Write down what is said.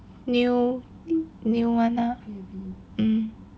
new new one ah um